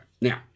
now